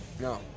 No